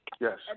Yes